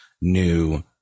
new